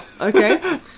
Okay